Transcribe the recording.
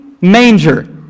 manger